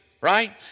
right